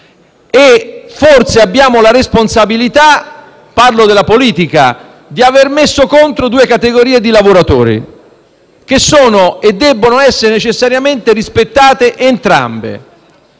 Forse abbiamo la responsabilità - parlo della politica - di aver messo contro due categorie di lavoratori che sono e debbono essere necessariamente rispettate entrambe.